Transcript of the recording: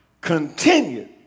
continued